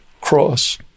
cross